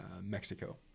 mexico